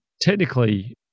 Technically